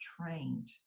trained